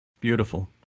Beautiful